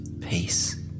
peace